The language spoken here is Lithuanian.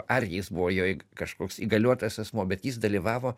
ar jis buvo jo kažkoks įgaliotas asmuo bet jis dalyvavo